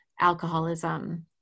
alcoholism